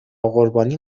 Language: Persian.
قربانی